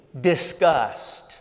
disgust